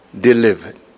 delivered